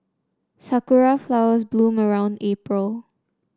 sakura flowers bloom around April